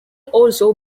also